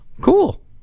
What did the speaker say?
cool